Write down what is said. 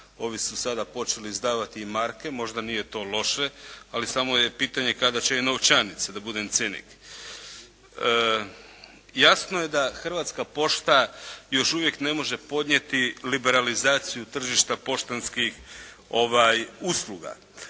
ovi su sada počeli izdavati i marke, možda nije to loše, ali samo je pitanje kada će i novčanice, da budem cinik. Jasno je da Hrvatska pošta još uvijek ne može podnijeti liberalizaciju tržištu poštanskih usluga,